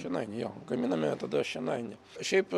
šienainį jo gaminame tada šienainį šiaip